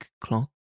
clock